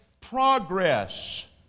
progress